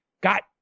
got